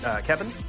Kevin